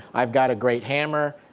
i've got a great hammer.